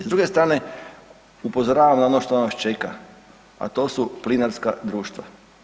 S druge strane upozoravam na ono što nas čeka, a to su plinarska društva.